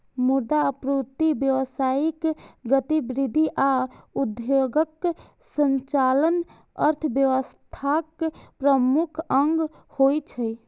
मुद्रा आपूर्ति, व्यावसायिक गतिविधि आ उद्योगक संचालन अर्थव्यवस्थाक प्रमुख अंग होइ छै